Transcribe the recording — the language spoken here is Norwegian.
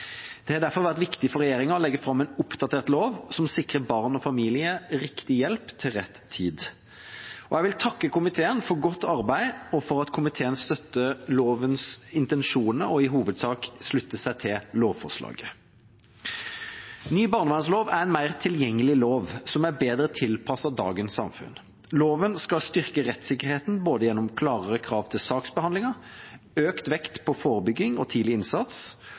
Det har derfor vært viktig for regjeringa å legge fram en oppdatert lov som sikrer barn og familier riktig hjelp til rett tid. Jeg vil takke komiteen for godt arbeid og for at komiteen støtter lovens intensjoner og i hovedsak slutter seg til lovforslaget. Den nye barnevernsloven er en mer tilgjengelig lov, som er bedre tilpasset dagens samfunn. Loven skal styrke rettssikkerheten, både gjennom klarere krav til saksbehandlingen, økt vekt på forebygging og tidlig innsats